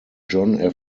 john